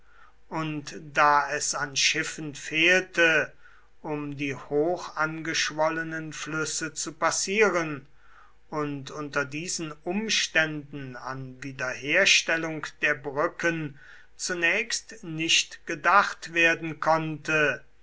und da es an schiffen fehlte um die hochangeschwollenen flüsse zu passieren und unter diesen umständen an wiederherstellung der brücken zunächst nicht gedacht werden konnte